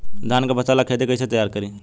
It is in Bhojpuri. धान के फ़सल ला खेती कइसे तैयार करी?